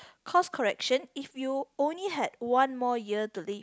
course correction if you only had one more year to live